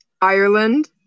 Ireland